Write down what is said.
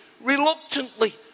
reluctantly